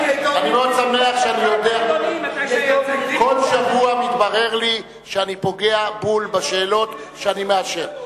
כל שבוע מתברר לי שאני פוגע בול בשאלות שאני מאשר.